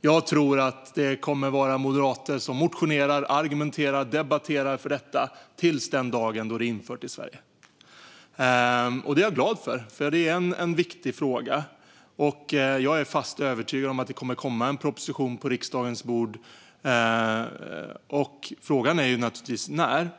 Jag tror att moderater kommer att motionera, argumentera och debattera om detta till den dagen då det är infört i Sverige. Det är jag glad över, för det är en viktig fråga. Jag är fast övertygad om att det kommer en proposition på riksdagens bord, men frågan är naturligtvis när.